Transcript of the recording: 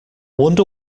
wonder